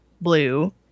blue